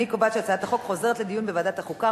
אני קובעת שהצעת החוק חוזרת לדיון בוועדת החוקה,